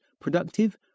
productive